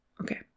okay